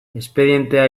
espedientea